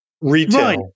retail